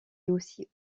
aussi